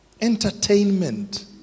entertainment